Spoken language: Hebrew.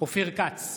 אופיר כץ,